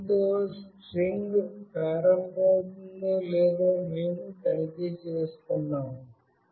దీనితో స్ట్రింగ్ ప్రారంభమవుతుందో లేదో మేము తనిఖీ చేస్తున్నాము